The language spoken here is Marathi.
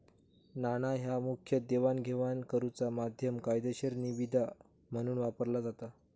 नाणा ह्या मुखतः देवाणघेवाण करुचा माध्यम, कायदेशीर निविदा म्हणून वापरला जाता